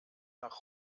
nach